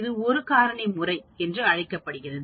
இது ஒரு காரணி முறை என்று அழைக்கப்படுகிறது